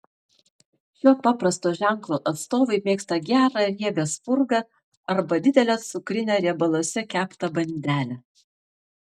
šio paprasto ženklo atstovai mėgsta gerą riebią spurgą arba didelę cukrinę riebaluose keptą bandelę